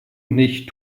nicht